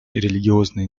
религиозной